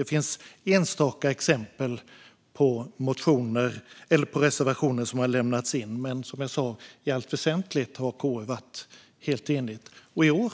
Det finns enstaka exempel på reservationer som har lämnats in, men i allt väsentligt har KU, som jag sa, varit helt enigt. I år